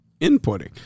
inputting